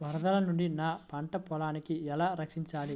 వరదల నుండి నా పంట పొలాలని ఎలా రక్షించాలి?